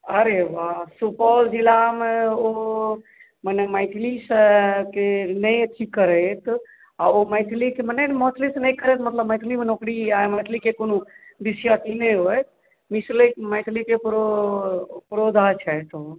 अरे वा सुपौल जिलामे ओ मने मैथिलीसँके नहि थी करैत आ ओ मैथिलीके मने मैथलीसँ नहि करैत मतलब मैथलीमे नौकरी या मैथिली के कोनो विषयक नहि ओ अइ मैथलीके प्रोधा छथि ओ